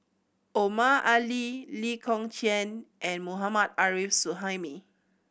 Omar Ali Lee Kong Chian and Mohammad Arif Suhaimi